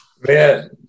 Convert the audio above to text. man